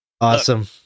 Awesome